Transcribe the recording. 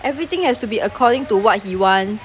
everything has to be according to what he wants